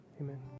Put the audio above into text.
amen